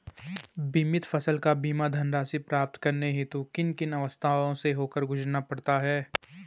बीमित फसल का बीमा धनराशि प्राप्त करने हेतु किन किन अवस्थाओं से होकर गुजरना पड़ता है?